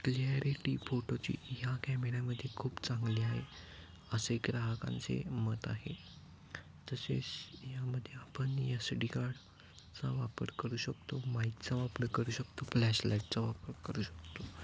clarity फोटोची ह्या कॅमेऱ्यामध्ये खूप चांगली आहे असे ग्राहकांचे मत आहे तसेच यामध्ये आपण यस डी कार्डचा वापर करू शकतो माईकचा वापर करू शकतो फ्लॅशलाईटचा वापर करू शकतो